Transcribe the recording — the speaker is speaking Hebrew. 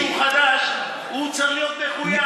אם יש מישהו חדש, הוא צריך להיות מחויב.